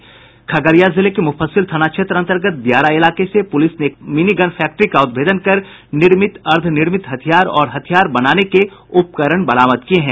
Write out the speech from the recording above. खगड़िया जिले के मुफस्सिल थाना क्षेत्र अंतर्गत दियारा इलाके से प्रलिस ने एक मिनीगन फैक्ट्री का उद्भेदन कर निर्मित अर्द्वनिर्मित हथियार और हथियार बनाने के उपकरण बरामद किये हैं